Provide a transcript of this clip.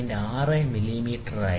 6 മില്ലിമീറ്ററായിരിക്കും